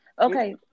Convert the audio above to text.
Okay